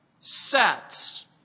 sets